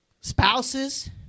spouses